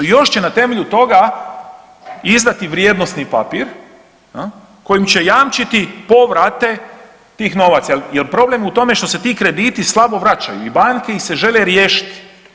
Još će na temelju toga izdati vrijednosni papir kojim će jamčiti povrate tih novaca, jer problem je u tome što se ti krediti slabo vraćaju i banke ih se žele riješiti.